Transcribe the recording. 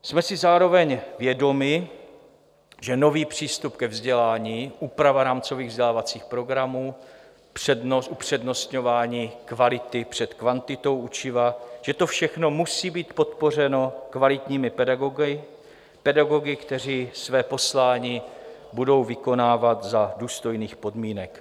Jsme si zároveň vědomi, že nový přístup ke vzdělání, úprava rámcových vzdělávacích programů, upřednostňování kvality před kvantitou učiva, že to všechno musí být podpořeno kvalitními pedagogy pedagogy, kteří své poslání budou vykonávat za důstojných podmínek.